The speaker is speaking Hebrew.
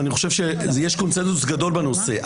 ואני חושב שיש קונצנזוס גדול בנושא,